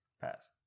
Pass